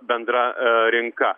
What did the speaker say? bendra rinka